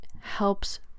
helps